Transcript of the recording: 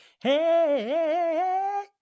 hey